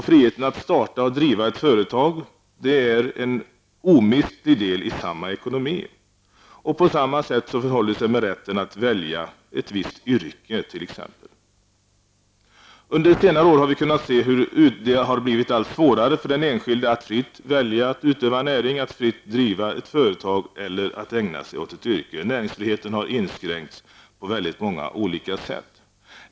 Friheten att starta och driva ett företag är en omistlig del av samma ekonomi. På samma sätt förhåller det sig med rätten att välja ett visst yrke. Under senare år har vi kunnat se hur det blivit allt svårare för den enskilde att fritt välja och utöva en näring, att fritt driva ett företag eller att ägna sig åt ett yrke. Näringsfriheten har inskränkts på väldigt många olika sätt.